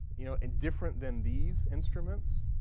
you know, and different than these instruments.